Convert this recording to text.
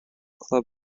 club